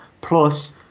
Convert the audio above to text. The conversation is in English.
Plus